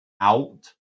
out